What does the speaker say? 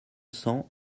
cents